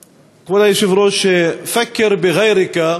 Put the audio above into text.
היושב-ראש, "פכר בע'ירך",